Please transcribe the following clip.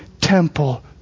temple